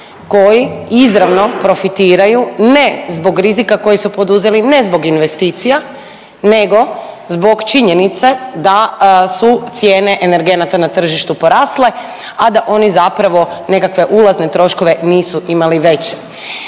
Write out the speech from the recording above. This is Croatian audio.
koji izravno profitiraju ne zbog rizika koji su poduzeli, ne zbog investicija nego zbog činjenice da su cijene energenata na tržištu porasle, a da oni zapravo nekakve ulazne troškove nisu imali veće.